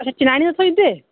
अच्छा चनैह्नी दा थ्होई जंदे